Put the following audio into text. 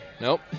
Nope